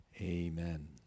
amen